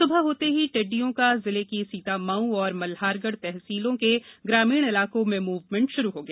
सुबह होते ही टिड्डियों ने जिले की सीतामऊ और मल्हारगढ़ तहसीलों के ग्रामीण इलाकों में मूवमेंट श्रू हो गया